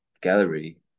gallery